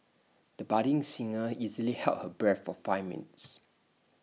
the budding singer easily held her breath for five minutes